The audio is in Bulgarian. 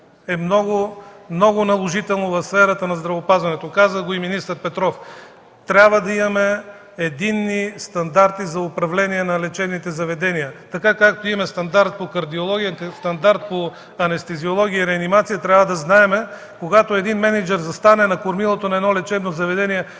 – много е наложително за сферата на здравеопазването. Каза го и министър Петров. Трябва да имаме единни стандарти за управление на лечебните заведения, както имаме стандарт по кардиология, стандарт по анестезиология и реанимация Трябва да знаем, когато един мениджър застане на кормилото на едно лечебно заведение